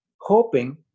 hoping